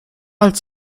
als